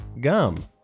Gum